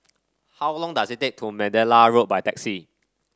how long does it take to Mandalay Road by taxi